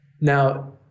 Now